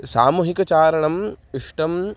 सामूहिकचारणम् इष्टम्